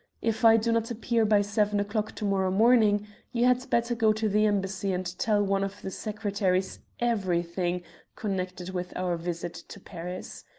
if i do not appear by seven o'clock to-morrow morning you had better go to the embassy and tell one of the secretaries everything connected with our visit to paris.